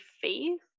faith